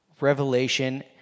revelation